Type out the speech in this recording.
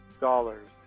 dollars